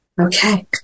Okay